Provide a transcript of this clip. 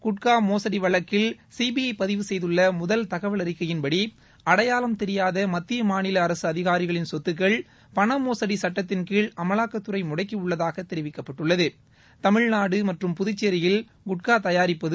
குட்கா மோசுடி வழக்கில் சிபிஐ பதிவு செய்துள்ள முதல் தகவல் அறிக்கையின்படி அடையாளம் தெரியாத மத்திய மாநில அரசு அதிகாரிகளின் சொத்துக்கள் பண மோகடி சுட்டத்தின்கீழ் அமவாக்கத்துறை முடக்கி உள்ளதாக தெரிவிக்கப்பட்டுள்ளது தமிழ்நாடு மற்றும் புதுச்சேரியில் குட்கா தயாரிப்பது